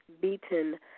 beaten